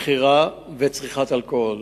מכירה וצריכה של אלכוהול.